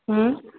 হুম